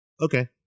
Okay